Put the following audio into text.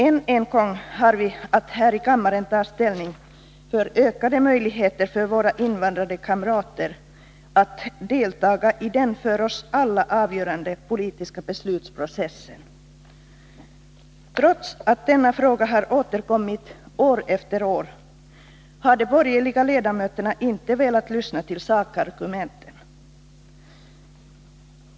Än en gång har vi att här i kammaren ta ställning för ökade möjligheter för våra invandrade kamrater att deltaga i den för oss alla avgörande politiska beslutsprocessen. Trots att denna fråga har återkommit år efter år, har de borgerliga ledamöterna inte velat lyssna till sakargumenten.